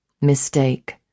mistake